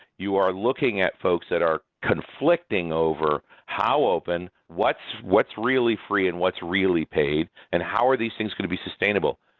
you are looking at folks that are conflicting over how open, what's what's really free and what's really paid, and how are these things going to be sustainable.